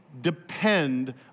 depend